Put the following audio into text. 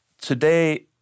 Today